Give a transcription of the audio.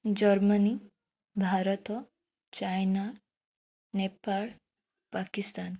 Germany Bharat China Nepal Pakistan